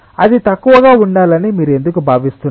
అది తక్కువగా ఉండాలని మీరు ఎందుకు భావిస్తున్నారు